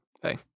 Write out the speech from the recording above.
hey